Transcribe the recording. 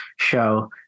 show